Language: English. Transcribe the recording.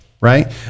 right